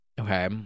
Okay